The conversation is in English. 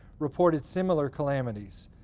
reported similar calamities.